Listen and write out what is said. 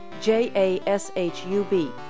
J-A-S-H-U-B